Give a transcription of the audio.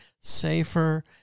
safer